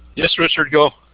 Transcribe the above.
yes, richard, go.